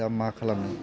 दा मा खालामनो